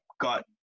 got